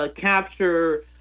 capture